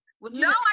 no